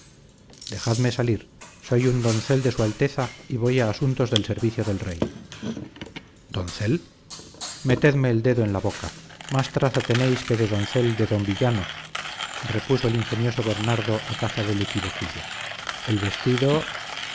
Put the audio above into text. dejadme salir soy un doncel de su alteza y voy a asuntos del servicio del rey doncel metedme el dedo en la boca más traza tenéis que de doncel de don villano repuso el ingenioso bernardo a caza del equivoquillo el vestido